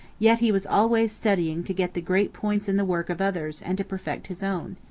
yet he was always studying to get the great points in the work of others and to perfect his own.